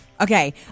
okay